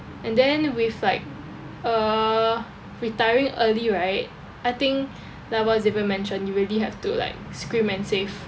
and then with like uh retiring early right I think like what xavier mentioned you really have to like scrimp and save